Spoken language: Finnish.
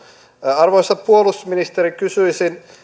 arvoisa puolustusministeri kysyisin